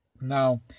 Now